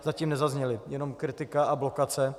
Zatím nezazněly, jenom kritika a blokace.